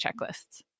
checklists